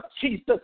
Jesus